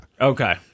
Okay